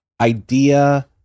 idea